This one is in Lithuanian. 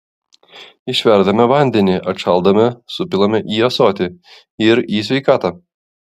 išverdame vandenį atšaldome supilame į ąsotį ir į sveikatą